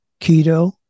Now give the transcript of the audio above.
Keto